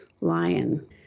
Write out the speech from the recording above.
lion